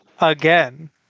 again